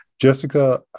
Jessica